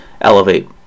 elevate